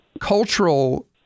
cultural